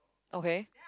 okay